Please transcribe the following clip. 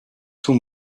too